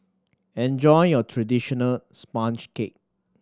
enjoy your traditional sponge cake